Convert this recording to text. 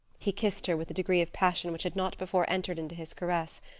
he kissed her with a degree of passion which had not before entered into his caress,